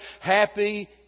happy